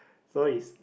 so is